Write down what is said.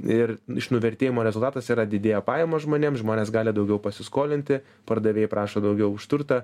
ir iš nuvertėjimo rezultatas yra didėja pajamos žmonėms žmonės gali daugiau pasiskolinti pardavėjai prašo daugiau už turtą